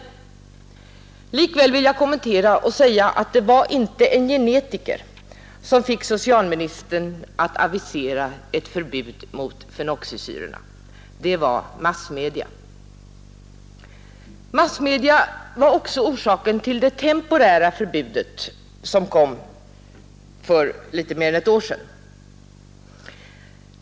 Likväl vill jag göra kommentaren, att det var inte en genetiker som fick socialministern att avisera ett förbud mot fenoxisyrorna — det var massmedia. Massmedia var också orsaken till det temporära förbud som kom för litet mer än ett år sedan.